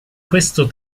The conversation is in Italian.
questo